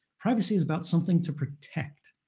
privacy is about something to protect.